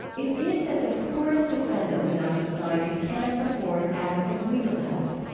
it is that the poorest defendants in our society can't afford adequate legal help.